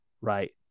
right